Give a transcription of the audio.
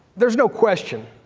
there's no question,